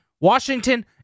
Washington